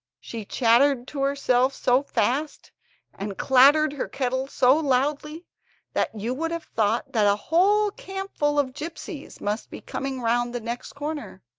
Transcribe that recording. she chattered to herself so fast and clattered her kettle so loudly that you would have thought that a whole campful of gipsies must be coming round the next corner.